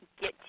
get